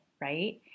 right